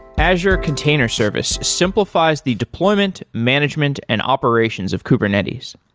azure container service simplifies the deployment, management and operations of kubernetes.